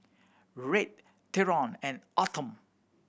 Red Theron and Autumn